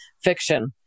fiction